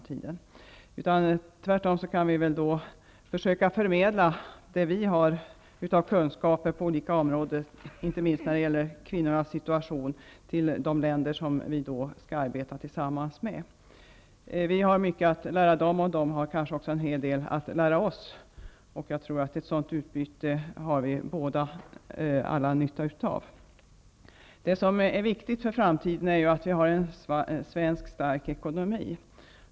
Tvärtom kan vi försöka förmedla våra kunskaper på olika områden, inte minst när det gäller kvinnornas situation, till de länder som vi skall arbeta tillsammans med. Vi har mycket att lära dem, och de har kanske också en hel del att lära oss. Jag tror att vi alla har nytta av ett sådant utbyte. Det är viktigt för framtiden att Sverige har en stark ekonomi.